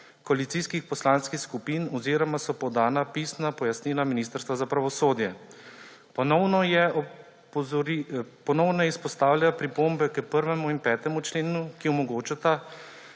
koalicijskih poslanskih skupin oziroma so podana pisna pojasnila Ministrstva za pravosodje. Ponovno je izpostavila pripombe k 1. in 5. členu, ki omogočata,